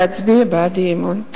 להצביע בעד האי-אמון.